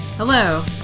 Hello